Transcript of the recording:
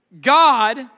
God